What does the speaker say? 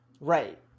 Right